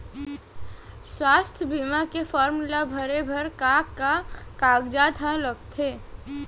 स्वास्थ्य बीमा के फॉर्म ल भरे बर का का कागजात ह लगथे?